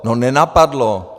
No nenapadlo.